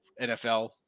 NFL